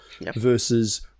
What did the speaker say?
versus